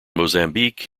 mozambique